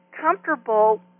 comfortable